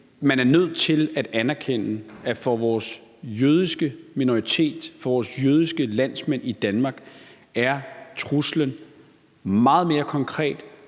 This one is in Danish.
man er nødt til at anerkende, at for vores jødiske minoritet, for vores jødiske landsmænd i Danmark er truslen meget mere konkret